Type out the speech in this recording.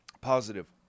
positive